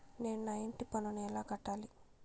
నేను నా ఇంటి పన్నును ఎలా కట్టాలి?